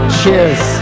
cheers